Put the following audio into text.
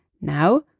now,